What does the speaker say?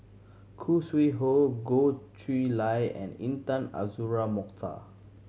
Khoo Sui Hoe Goh Chiew Lye and Intan Azura Mokhtar